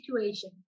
situation